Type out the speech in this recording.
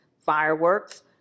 fireworks